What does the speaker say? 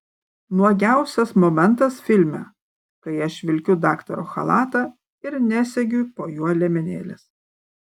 nuogiausias momentas filme kai aš vilkiu daktaro chalatą ir nesegiu po juo liemenėlės